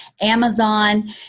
Amazon